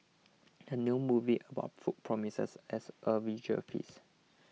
the new movie about food promises as a visual feast